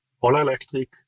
all-electric